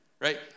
right